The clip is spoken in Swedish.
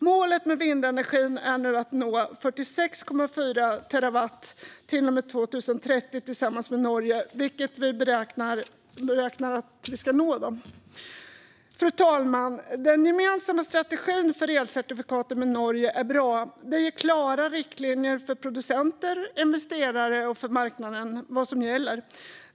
Målet med vindenergin är nu att tillsammans med Norge nå 46,4 terawatttimmar till och med 2030, vilket vi beräknas nå. Fru talman! Den gemensamma strategin för elcertifikaten med Norge är bra. Den ger klara riktlinjer för vad som gäller för producenter, investerare och marknaden.